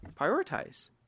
prioritize